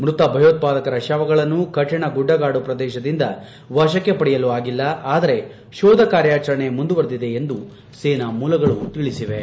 ಮ್ಬತ ಭಯೋತ್ವಾದಕರ ಶವಗಳನ್ನು ಕಠಿಣ ಗುಡ್ಡಗಾದು ಪ್ರದೇಶದಿಂದ ವಶಕ್ಕೆ ಪಡೆಯಲು ಆಗಿಲ್ಲ ಆದರೆ ಶೋಧ ಕಾರ್ಯಾಚರಣೆ ಮುಂದುವರೆದಿದೆ ಎಂದು ಸೇನಾ ಮೂಲಗಳು ತಿಳಿಸಿವೆ